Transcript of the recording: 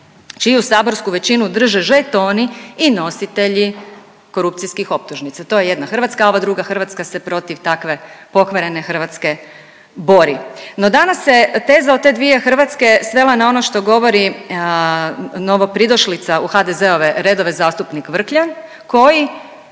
čiju saborsku većinu drže žetoni i nositelji korupcijskih optužnica. To je jedna Hrvatska, a ova druga Hrvatska se protiv takve Hrvatske bori. No danas se teza o te dvije Hrvatske svela na ono što govori novopridošlica u HDZ-ove redove zastupnik Vrkljan koji